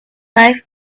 life